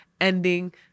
ending